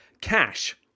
Cash